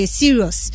serious